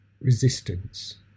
resistance